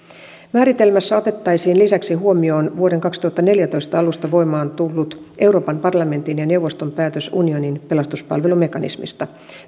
määritelmässä otettaisiin lisäksi huomioon vuoden kaksituhattaneljätoista alusta voimaan tullut euroopan parlamentin ja neuvoston päätös unionin pelastuspalvelumekanismista